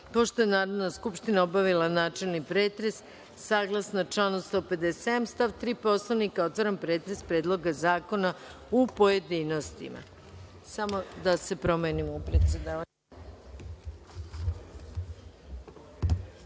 je Narodna skupština obavila načelni pretres, saglasno članu 157. stav 3. Poslovnika, otvaram pretres Predloga zakona u pojedinostima.